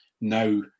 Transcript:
now